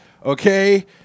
Okay